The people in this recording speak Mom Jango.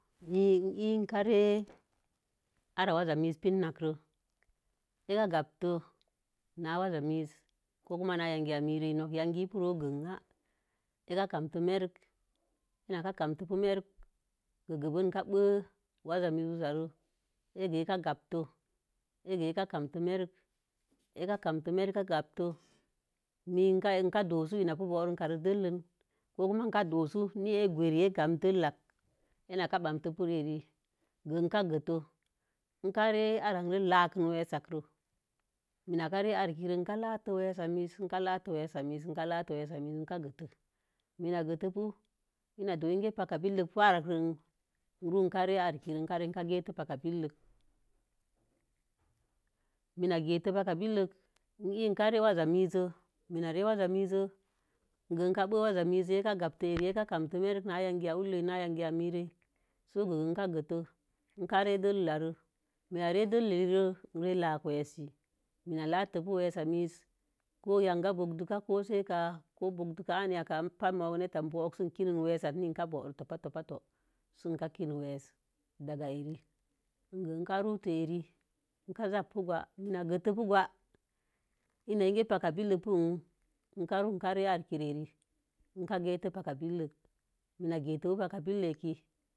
Mii e̱e̱kə rearar waza miiz pinnak. ekə gamte na waza miiz. Ko kuma na yangiya mii rei. Nok yangi mii, ipi ree gənŋa. ekə gamte merik, enak kamtə merik. Gəə gebən ekə bəa waza mii uzaew, ek gamte merk ekə gamte, mii ekə doasu ina pu gorungkpa rə dəllən, ko kuma ekə do̱o̱su, na e̱ gweri e̱ gam dəllən, enəkə bante ke reəre. Gə ben ekə gerte, ekə re ara a kaakən weesak rə, mii kə re arek re, ekə late weesak mii, ekə late weesak, mii ekə gəte, mikə gətekə, ina kə doo paka billək pu ang nk ree, ekə ree ekə gətə paka billək, i e əkə reə waza mii, mińa kə ɓəə waza mizzə, go nkə gaptə na waza miiz, ekə gamte merk na yangiya ulen nə yangiya miire. So gəben ekə gəte. Ekə gamte dəllən ularə, mii kə ree dəllən elire i re lak weese. Mina ke late kə weesa miiz ko yankga bodunkai yanga kosei ka ko bo dunka ko nanya kam, mugi patə nəta ikə buraa səi ekə kən weesa, inko buro nek sə ink kən weesə. Daga ere, ekə rutoo erə ekə zabup gwa. Ina kə gə tə gwa ina ekə paka billək pi an ekə ro ekə getə paka billək. Mii kə getə kə paka billək.